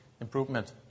improvement